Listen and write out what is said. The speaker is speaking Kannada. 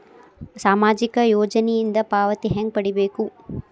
ಸಾಮಾಜಿಕ ಯೋಜನಿಯಿಂದ ಪಾವತಿ ಹೆಂಗ್ ಪಡಿಬೇಕು?